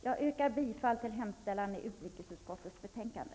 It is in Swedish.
Jag yrkar bifall till hemställan i utrikesutskottets betänkande.